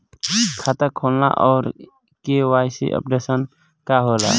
खाता खोलना और के.वाइ.सी अपडेशन का होला?